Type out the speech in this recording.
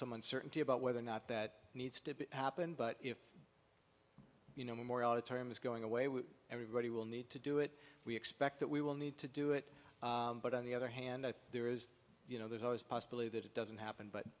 uncertainty about whether or not that needs to happen but if you know memorial term is going away when everybody will need to do it we expect that we will need to do it but on the other hand there is you know there's always a possibility that it doesn't happen but